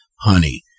honey